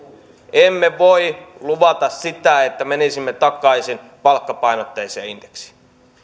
emme voi luvata sitä että menisimme takaisin palkkapainotteiseen indeksiin